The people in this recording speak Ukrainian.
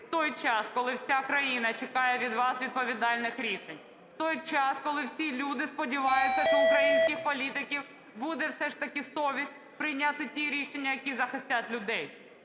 в той час, коли вся країна чекає від вас відповідальних рішень, в той час, коли всі люди сподіваються, що в українських політиків буде все ж таки совість прийняти ті рішення, які захистять людей.